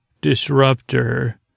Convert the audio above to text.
disruptor